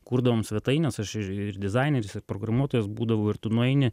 kurdavom svetaines aš ir ir dizaineris ir programuotojas būdavau ir tu nueini